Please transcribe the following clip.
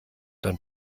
dann